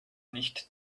nicht